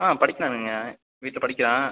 ஆ படிக்கிறானுங்க வீட்டில் படிக்கிறான்